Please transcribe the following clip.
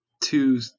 two